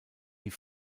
die